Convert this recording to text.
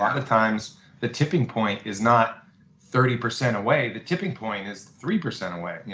of times the tipping point is not thirty percent away, the tipping point is three percent away.